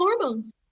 hormones